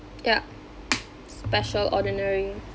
yup special ordinary